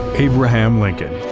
abraham lincoln